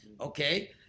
Okay